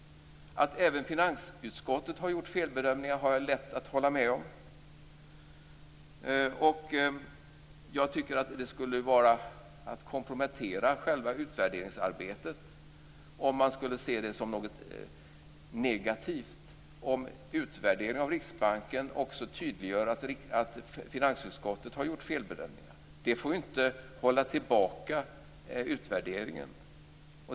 Att även finansutskottet har gjort felbedömningar har jag lätt att hålla med om. Jag tycker att det skulle vara att kompromettera själva utvärderingsarbetet om man skulle se det som något negativt om utvärderingen av Riksbanken också tydliggör att finansutskottet har gjort felbedömningar. Det får ju inte hålla tillbaka utvärderingen.